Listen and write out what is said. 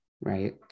right